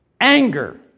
anger